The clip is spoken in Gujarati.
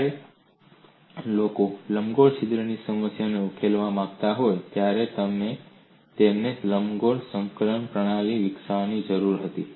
જ્યારે લોકો લંબગોળ છિદ્રની સમસ્યાને ઉકેલવા માંગતા હતા ત્યારે તેમને લંબગોળ સંકલન પ્રણાલી વિકસાવવાની જરૂર હતી